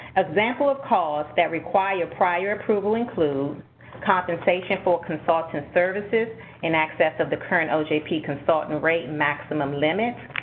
examples of costs that require prior approval includes compensation for consultant services in excess of the current ojp consultant rate maximum limit,